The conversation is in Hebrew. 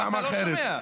אתה לא שומע.